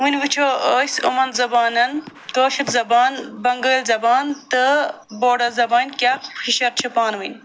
وَنہِ وٕچھو أسۍ یِمن زبانَن کٲشٕر زبان بنٛگٲلۍ زبان تہٕ بوڈو زبان کیٛاہ ہِشر چھِ پانہٕ ؤنۍ